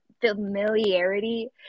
familiarity